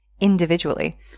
individually